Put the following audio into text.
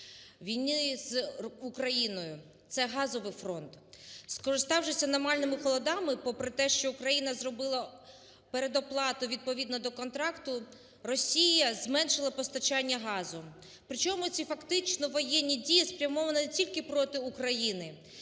війні з Україною, це газовий фронт. Скориставшись аномальними холодами, попри те, що Україна зробила передоплату відповідно до контракту, Росія зменшила постачання газу. Причому ці, фактично воєнні, дії спрямовані не тільки проти України,